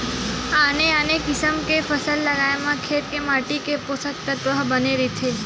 आने आने किसम के फसल लगाए म खेत के माटी के पोसक तत्व ह बने रहिथे